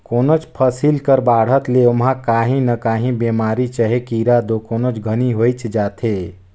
कोनोच फसिल कर बाढ़त ले ओमहा काही न काही बेमारी चहे कीरा दो कोनोच घनी होइच जाथे